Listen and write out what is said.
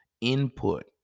input